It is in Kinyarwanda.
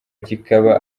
kikaba